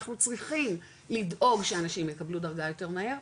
אנחנו צריכים לדאוג שאנשים יקבלו דרגה יותר מהר,